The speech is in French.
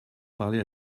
parler